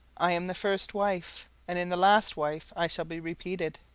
i am the first wife and in the last wife i shall be repeated.